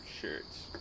shirts